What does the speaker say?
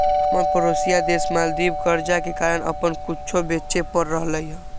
हमर परोसिया देश मालदीव कर्जा के कारण अप्पन कुछो बेचे पड़ रहल हइ